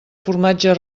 formatge